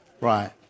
Right